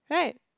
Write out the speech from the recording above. right